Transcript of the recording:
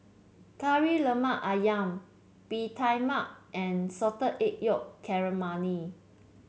Kari Lemak ayam Bee Tai Mak and Salted Egg Yolk Calamari